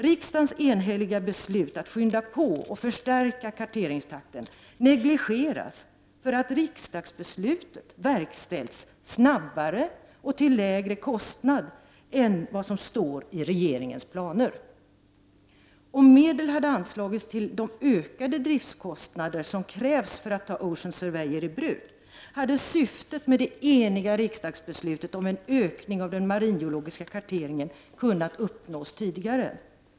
Riksdagens enhälliga beslut att skynda på och förstärka karteringstakten negligeras därför att riksdagsbeslutet verkställts snabbare och till lägre kostnad än vad som står i regeringens planer. Om medel hade anslagits till de ökade driftskostnader som krävs för att ta Ocean Surveyor i bruk, hade syftet med det eniga riksdagsbeslutet om en ökning av den maringelogiska karteringen kunnat uppnås tidigare.